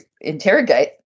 interrogate